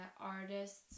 artists